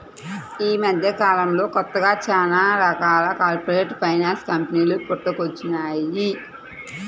యీ మద్దెకాలంలో కొత్తగా చానా రకాల కార్పొరేట్ ఫైనాన్స్ కంపెనీలు పుట్టుకొచ్చినియ్యి